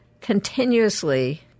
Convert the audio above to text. continuously